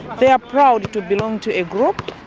they are proud to belong to a group,